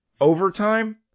overtime